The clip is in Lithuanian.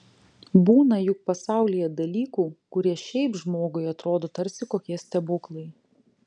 būna juk pasaulyje dalykų kurie šiaip žmogui atrodo tarsi kokie stebuklai